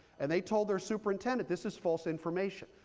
and they told their superintendent, this is false information.